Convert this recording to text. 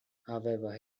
however